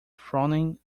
frowning